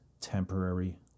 temporary